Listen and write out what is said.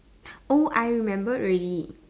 oh I remember already